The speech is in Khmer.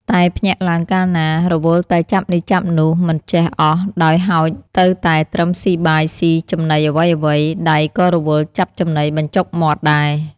តែភ្ញាក់ឡើងកាលណា រវល់តែចាប់នេះចាប់នោះ មិនចេះអស់ដោយហោចទៅតែត្រឹមស៊ីបាយស៊ី ចំណីអ្វី ៗ ដៃក៏រវល់ចាប់ចំណីបញ្ចុកមាត់ដែរ" ។